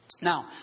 Now